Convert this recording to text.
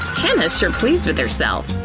hannah's sure pleased with herself.